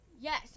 Yes